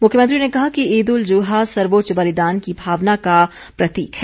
मुख्यमंत्री ने कहा कि ईद उल जुहा सर्वोच्च बलिदान की भावना का प्रतीक है